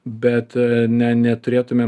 bet ne neturėtumėm